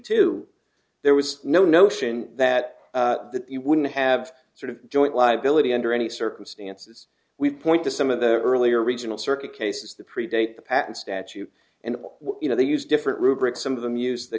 two there was no notion that you wouldn't have sort of joint liability under any circumstances we point to some of the earlier regional circuit cases that predate the patent statute and you know they use different rubric some of them use the